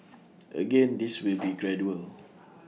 again this will be gradual